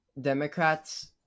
Democrats